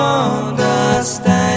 understand